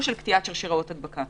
של קטיעת שרשראות הדבקה.